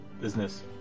business